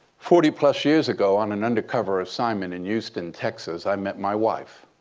forty plus years ago, on an undercover assignment in houston, texas, i met my wife.